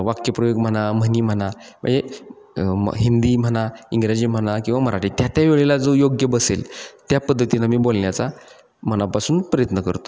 वाक्यप्रयोग म्हणा म्हणी म्हणा म्हणजे मग हिंदी म्हणा इंग्रजी म्हणा किंवा मराठी त्या त्या वेळेला जो योग्य बसेल त्या पद्धतीनं मी बोलण्याचा मनापासून प्रयत्न करतो